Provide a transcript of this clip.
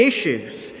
issues